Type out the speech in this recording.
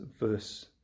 verse